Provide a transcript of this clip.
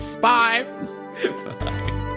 Bye